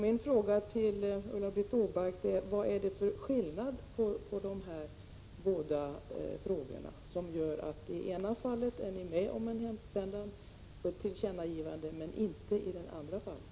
Min fråga till Ulla-Britt Åbark är: Vad är det för skillnad mellan de här båda frågorna som gör att ni i det ena fallet är med på en hemställan om tillkännagivande men inte i det andra fallet?